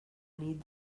nit